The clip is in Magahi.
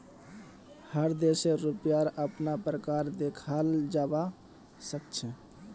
हर देशेर रुपयार अपना प्रकार देखाल जवा सक छे